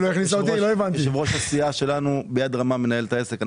יושב-ראש הסיעה שלנו ביד רמה מנהל את העסק.